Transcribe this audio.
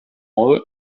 war